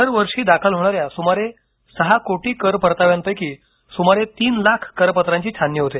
दरवर्षी दाखल होणाऱ्या सुमारे सहा कोटी कर परताव्यांपैकी सुमारे तीन लाख करपत्रांची छाननी होते